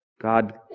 God